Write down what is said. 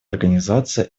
организации